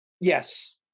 yes